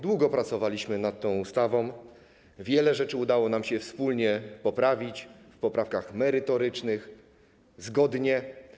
Długo pracowaliśmy nad tą ustawą, wiele rzeczy udało nam się wspólnie poprawić w poprawkach merytorycznych, zgodnie.